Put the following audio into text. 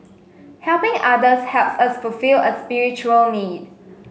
helping others helps us fulfil a spiritual need